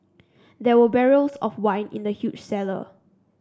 there were barrels of wine in the huge cellar